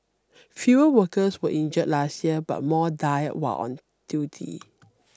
fewer workers were injured last year but more died while on duty